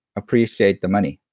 appreciate the money.